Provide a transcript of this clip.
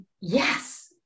yes